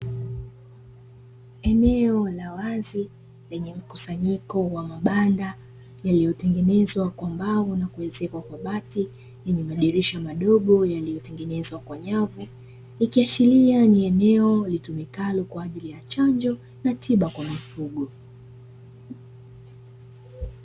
Eneo la wazi lenye mkusanyiko wa mabanda yaliyotengenezwa kwa mbao na kuezekwa kwa bati yenye madirisha madogo yaliyotengenezwa kwa nyavu, ikiashiria ni eneo litumikalo kwa ajili ya chanjo na tiba kwa mifugo.